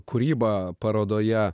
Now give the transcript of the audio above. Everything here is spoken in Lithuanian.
kūrybą parodoje